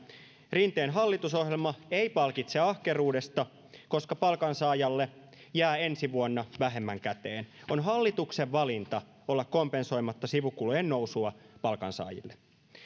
rinteen hallitusohjelma ei palkitse ahkeruudesta koska palkansaajalle jää ensi vuonna vähemmän käteen on hallituksen valinta olla kompensoimatta sivukulujen nousua palkansaajille